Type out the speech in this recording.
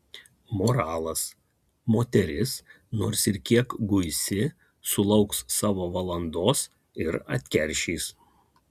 moralas moteris nors ir kiek guisi sulauks savo valandos ir atkeršys